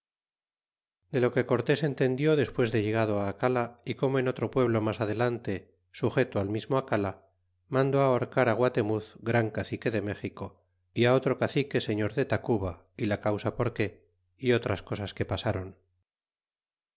de lo que cortés entendió despues de llegado acala y como en otro pueblo mas adelante sujeto al mismo acala mandó aborcar guatemuz gran cacique de méxico y otro cacique seflor de tacuba y la causa porque y otras cosas que pasáron